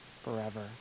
forever